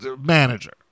manager